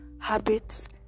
habits